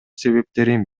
себептерин